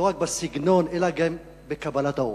לא רק בסגנון, אלא גם בקבלת האורחים,